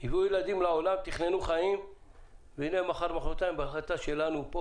הביאו ילדים לעולם ותכננו חיים והנה מחר-מוחרתיים בהחלטה שלנו כאן,